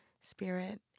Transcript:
spirit